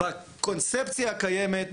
בקונספציה הקיימת,